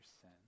sin